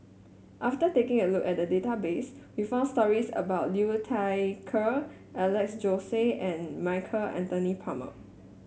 after taking a look at the database we found stories about Liu Thai Ker Alex Josey and Michael Anthony Palmer